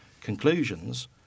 conclusions